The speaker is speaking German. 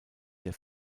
der